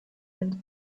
and